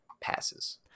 passes